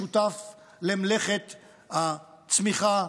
השותף למלאכת הצמיחה,